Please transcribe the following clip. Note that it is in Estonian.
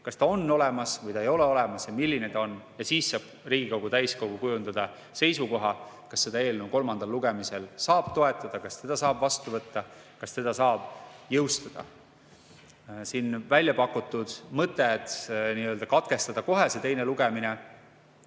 on olemas või ei ole ja kui on, siis milline see on. Siis saab Riigikogu täiskogu kujundada seisukoha, kas seda eelnõu kolmandal lugemisel saab toetada, kas seda saab vastu võtta, kas seda saab jõustada. Siin on välja pakutud mõte, et katkestada kohe teine lugemine.